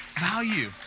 Value